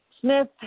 Smith